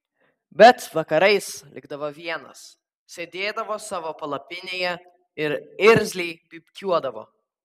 bet vakarais likdavo vienas sėdėdavo savo palapinėje ir irzliai pypkiuodavo